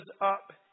up